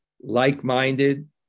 like-minded